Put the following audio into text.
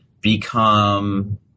become